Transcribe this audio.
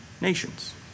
nations